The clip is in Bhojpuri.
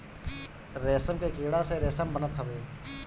रेशम के कीड़ा से रेशम बनत हवे